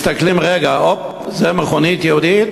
מסתכלים, רגע, הופ, זה מכונית יהודית,